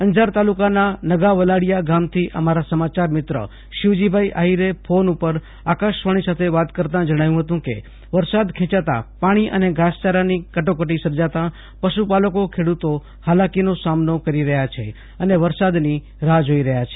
અંજાર તાલુકાના નગાવલાડીયા ગામથી અમારા સમાચાર મિત્ર શિવજીભાઈ આહિરે ફોન પર આકાશવાણી સાથે વાત કરતા જણાવ્યુ હતું કે વરસાદ ખેંચાતા પાણી અને ઘાસચારાની કટોકટી સર્જાતા પશુપાલકો ખેડુતો હાલાકીનો સામનો કરી રહ્યા છે અને વરસાદની રાહ્ જોઈ રહ્યા છે